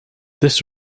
this